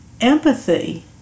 Empathy